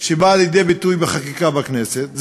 שבאה לידי ביטוי בחקיקה בכנסת.